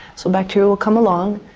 so bacteria will come along,